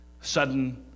sudden